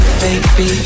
baby